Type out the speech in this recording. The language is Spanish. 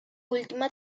última